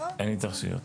אין התייחסויות?